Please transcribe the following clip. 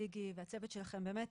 סיגי והצוות שלכם באמת